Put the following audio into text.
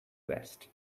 vest